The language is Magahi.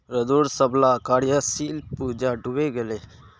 रघूर सबला कार्यशील पूँजी डूबे गेले